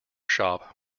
shop